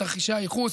את תרחישי הייחוס,